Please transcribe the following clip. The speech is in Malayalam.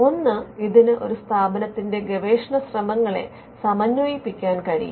ഒന്ന് ഇതിന് ഒരു സ്ഥാപനത്തിന്റെ ഗവേഷണ ശ്രമങ്ങളെ സമന്വയിപ്പിക്കാൻ കഴിയും